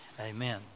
Amen